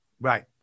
Right